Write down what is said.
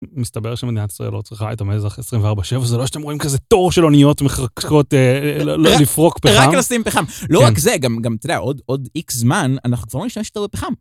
מסתבר שמדינת ישראל לא צריכה את המזח 24/7 זה לא שאתם רואים כזה תור של אוניות מחכות לפרוק פחם. לא רק זה גם גם עוד עוד איקס זמן אנחנו כבר לא נשתמש יותר בפחם.